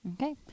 Okay